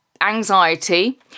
anxiety